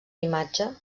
imatge